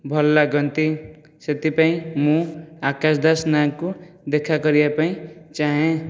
ଭଲ ଲାଗନ୍ତି ସେଥିପାଇଁ ମୁଁ ଆକାଶ ଦାସ ନାୟକକୁ ଦେଖାକରିବାପାଇଁ ଚାହେଁ